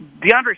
DeAndre